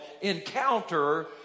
encounter